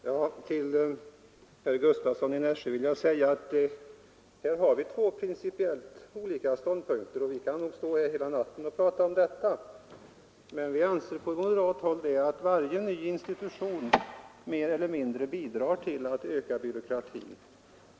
Herr talman! Till herr Gustavsson i Nässjö vill jag säga att vi här har två principiellt olika ståndpunkter, och vi skulle i och för sig kunna fortsätta diskussionen hela natten. Men från moderat håll anser vi att varje ny institution mer eller mindre bidrager till att öka byråkratin.